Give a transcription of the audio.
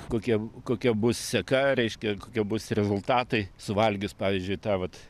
kokie kokia bus seka reiškia kokie bus rezultatai suvalgius pavyzdžiui tą vat